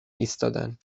ایستادن